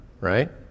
right